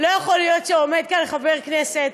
לא יכול להיות שעומד כאן חבר כנסת